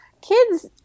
kids